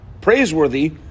praiseworthy